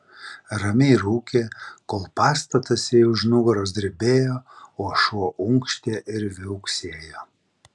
ramiai rūkė kol pastatas jai už nugaros drebėjo o šuo unkštė ir viauksėjo